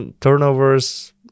turnovers